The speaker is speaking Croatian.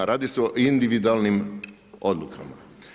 Radi se o individualnim odlukama.